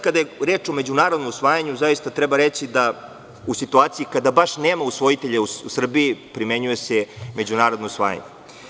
Kada je reč o međunarodnom usvajanju, zaista treba reći da u situaciji kada baš nema usvojitelja u Srbiji, primenjuje se međunarodno usvajanje.